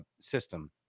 system